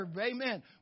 Amen